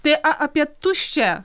tai apie tuščią